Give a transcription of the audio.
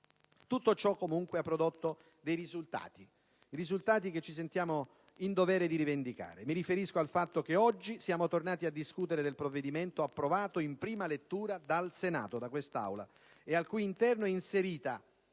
Tutto ciò, comunque, ha prodotto dei risultati che ci sentiamo in dovere di rivendicare. Mi riferisco al fatto che oggi siamo tornati a discutere del provvedimento approvato in prima lettura dal Senato, da questa Assemblea, ed al cui interno è inserita,